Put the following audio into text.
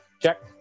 Check